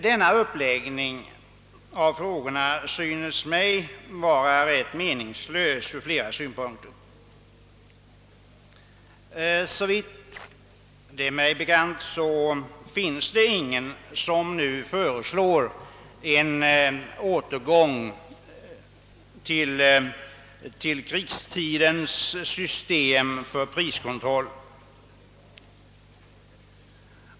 Denna uppläggning av frågan synes mig vara rätt meningslös ur flera synpunkter. Såvitt det är mig bekant finns det ingen som nu föreslår en återgång till krigstidens system för priskontroll.